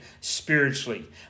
spiritually